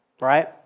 right